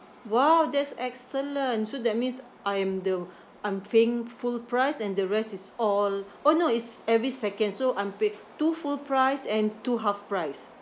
!wow! that's excellent so that means I am the I'm paying full price and the rest is all orh no is every second so I'm pay two full price and two half price